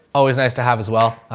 always nice to have as well.